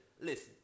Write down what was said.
Listen